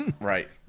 Right